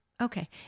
okay